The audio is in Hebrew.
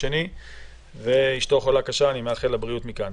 רפואית לכך והם לא יכולים לקבל את אותן זכויות כמו אנשים אחרים.